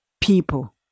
people